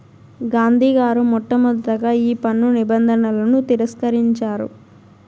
గాంధీ గారు మొట్టమొదటగా ఈ పన్ను నిబంధనలను తిరస్కరించారు